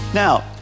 Now